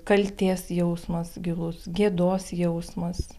kaltės jausmas gilus gėdos jausmas